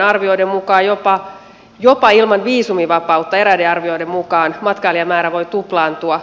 arvioiden mukaan jopa ilman viisumivapautta eräiden arvioiden mukaan matkailijamäärä voi tuplaantua